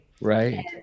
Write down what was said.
right